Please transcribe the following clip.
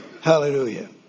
Hallelujah